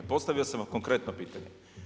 Postavio sam vam konkretno pitanje.